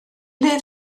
ble